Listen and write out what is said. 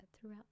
throughout